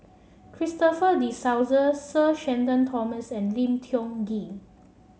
Christopher De Souza Sir Shenton Thomas and Lim Tiong Ghee